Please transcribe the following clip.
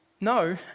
No